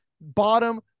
bottom